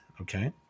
Okay